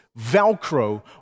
Velcro